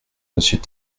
monsieur